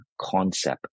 concept